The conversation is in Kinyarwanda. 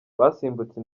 basimbutse